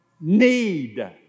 need